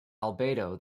albedo